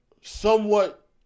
somewhat